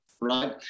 Right